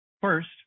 First